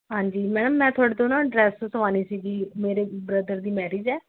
ਹਾਂਜੀ ਮੈਡਮ ਮੈਂ ਤੁਹਾਡੇ ਤੋਂ ਨਾ ਡਰੈੱਸ ਸੁਆਣੀ ਸੀ ਜੀ ਮੇਰੇ ਬ੍ਰਦਰ ਦੀ ਮੈਰਿਜ ਹੈ